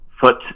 foot